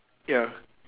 ya